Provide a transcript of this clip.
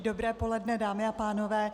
Dobré poledne, dámy a pánové.